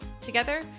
Together